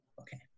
Okay